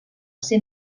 ser